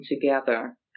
together